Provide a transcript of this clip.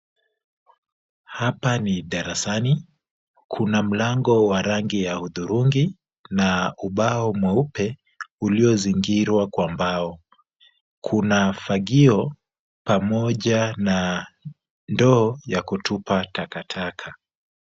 Hapa ni darasani. Kuna mlango wa rangi ya hudhurungi na ubao mweupe uliozingirwa kwa mbao. Kuna fagio pamoja na ndoo ya kutupa takataka.